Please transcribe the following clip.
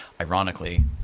ironically